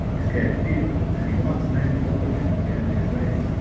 is getting feeble, and he wants a man to work with him and get into his ways,